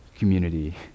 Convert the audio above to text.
community